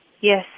yes